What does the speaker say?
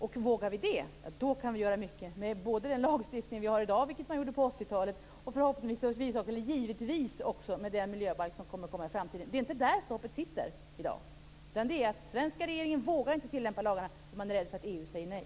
Om vi vågar det kan vi göra mycket, både med den lagstiftning som vi har i dag - som togs fram på 80-talet - och givetvis med den miljöbalk som kommer i framtiden. Det är inte där stoppet sitter i dag, utan det är att den svenska regeringen inte vågar tillämpa lagarna därför att man är rädd för att EU säger nej.